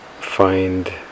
find